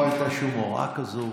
לא הייתה שום הוראה כזאת.